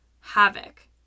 havoc